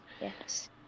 Yes